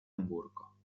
amburgo